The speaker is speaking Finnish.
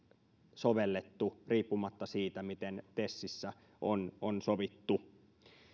sovellettu riippumatta siitä miten tesissä on on sovittu